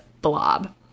blob